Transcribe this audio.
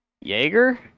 Jaeger